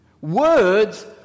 Words